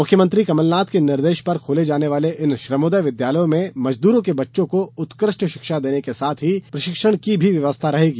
मुख्यमंत्री कमल नाथ के निर्देश पर खोले जाने वाले इन श्रमोदय विदयालयों में मजदूरों के बच्चों को उत्कृष्ट शिक्षा देने के साथ ही प्रशिक्षण की भी व्यवस्था रहेगी